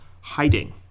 hiding